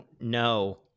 no